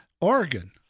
Oregon